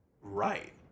right